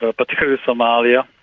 ah particularly somalia.